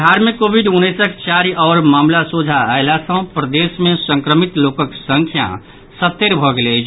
बिहार मे कोविड उन्नैसक चारि आओर मामिला सोझा अयला सॅ प्रदेश मे संक्रमित लोकक संख्या सत्तरि भऽ गेल अछि